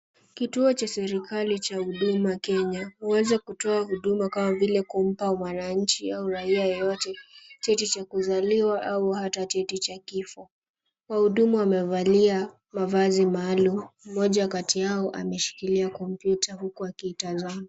Kituo vha serikali cha huduma Kenya huweza kumpa. Huweza kutoa huduma kama mwananchi au raia yeyote cheti cha kuzaliwa au hata cheti cha kifo. Wahudumu wamevaa mavazi maalum. Mmoja kati yao ameshika kompyuta huku akiitazama.